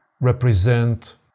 represent